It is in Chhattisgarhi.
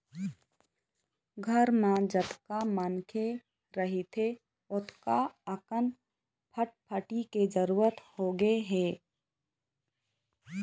घर म जतका मनखे रहिथे ओतका अकन फटफटी के जरूरत होगे हे